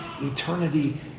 eternity